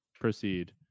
Proceed